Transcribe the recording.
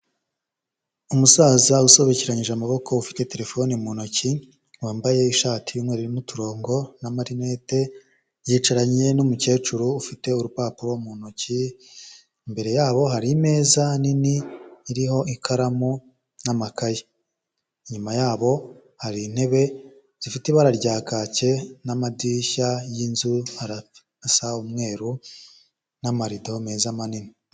Umusaza usobekeranyije amaboko ufite telefone mu ntoki, wambaye ishati y'umweru irimo uturongo n'amarinete, yicaranye n'umukecuru ufite urupapuro mu ntoki, imbere yabo hari imeza nini iriho ikaramu n'amakayi, inyuma yabo hari intebe zifite ibara rya kake n'amadirishya y'inzu arasa umweru n'amarido meza manini.